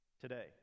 today